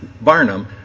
Barnum